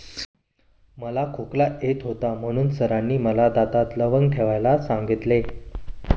मला खोकला येत होता म्हणून सरांनी मला दातात लवंग ठेवायला सांगितले